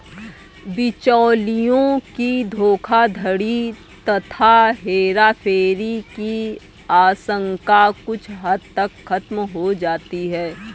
बिचौलियों की धोखाधड़ी तथा हेराफेरी की आशंका कुछ हद तक खत्म हो जाती है